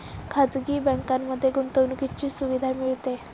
खाजगी बँकांमध्ये गुंतवणुकीची सुविधा मिळते